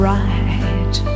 right